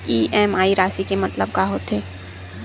EMI राशि के मतलब का होथे?